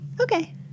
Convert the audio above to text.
Okay